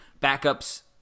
backups